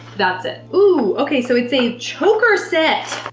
that's it. ooh. okay so it's a choker set!